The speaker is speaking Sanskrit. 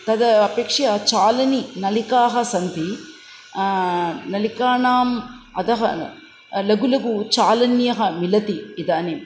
तद् अपेक्षया चालनिनलिकाः सन्ति नलिकानां अधः लघु लघु चालनीयः मिलति इदानीं